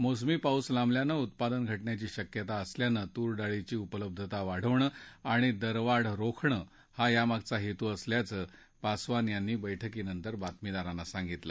मोसमी पाऊस लांबल्यानं उत्पादन घटण्याची शक्यता असल्यानं तूर डाळीची उपलब्धता वाढवणं आणि दरवाढ रोखणं हा यामागचा हेतू असल्याचं पासवान यांनी बैठकीनंतर बातमीदारांना सांगितलं